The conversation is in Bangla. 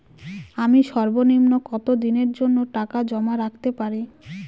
আমি সর্বনিম্ন কতদিনের জন্য টাকা জমা রাখতে পারি?